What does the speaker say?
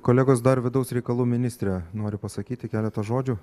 kolegos dar vidaus reikalų ministrė nori pasakyti keletą žodžių